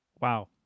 Wow